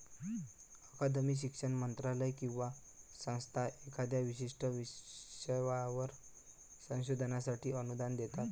अकादमी, शिक्षण मंत्रालय किंवा संस्था एखाद्या विशिष्ट विषयावरील संशोधनासाठी अनुदान देतात